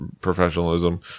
professionalism